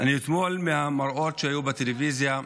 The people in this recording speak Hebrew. אתמול הזדעזענו מהמראות שהיו בטלוויזיה,